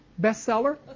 bestseller